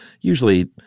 usually